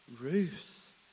Ruth